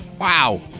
Wow